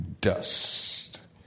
dust